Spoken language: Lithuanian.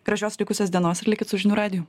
gražios likusios dienos ir likit su žinių radiju